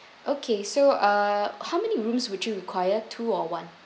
okay so uh how many rooms would you require two or one